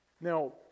Now